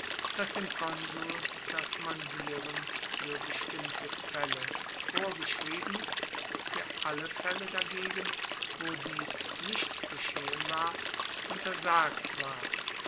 dass dem konsul das mandieren fuer bestimmte faelle vorgeschrieben fuer alle faelle dagegen wo dies nicht geschehen war untersagt ward